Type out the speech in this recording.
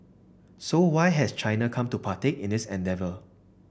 so why has China come to partake in this endeavour